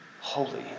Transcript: holy